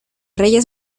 reyes